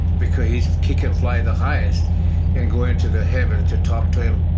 because he's he can fly the highest and go into the heaven to talk to him.